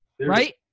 right